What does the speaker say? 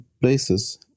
places